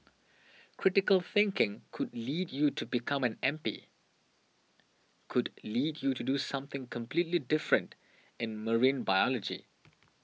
critical thinking could lead you to become an M P could lead you to do something completely different in marine biology